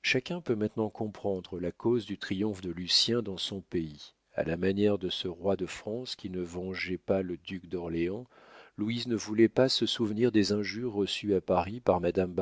chacun peut maintenant comprendre la cause du triomphe de lucien dans son pays a la manière de ce roi de france qui ne vengeait pas le duc d'orléans louise ne voulait pas se souvenir des injures reçues à paris par madame